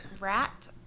Rat